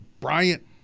Bryant